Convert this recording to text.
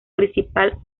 principal